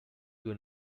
due